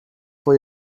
for